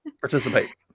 Participate